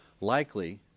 likely